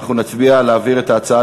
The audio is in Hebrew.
אנחנו נצביע על העברת ההצעה